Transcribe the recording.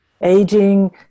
aging